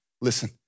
listen